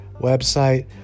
website